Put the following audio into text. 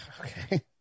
Okay